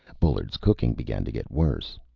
bullard's cooking began to get worse.